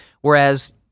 Whereas